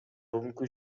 бүгүнкү